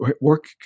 work